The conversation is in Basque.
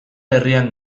herrian